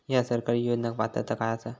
हया सरकारी योजनाक पात्रता काय आसा?